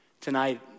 Tonight